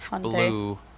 Blue